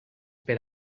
per